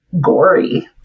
gory